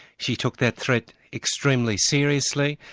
she took that threat extremely seriously.